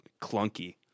clunky